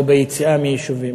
או ביציאה מיישובים.